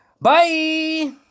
Bye